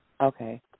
Okay